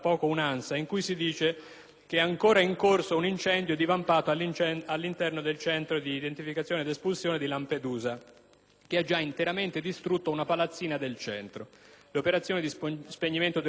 che ha già interamente distrutto una palazzina del centro. Le operazioni di spegnimento del rogo sono rese difficili oltre che dal forte vento, anche dai pochi mezzi a disposizione, anche perché l'unico presidio dei Vigili del fuoco è all'interno dell'aeroporto.